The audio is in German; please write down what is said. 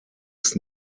ist